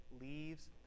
leaves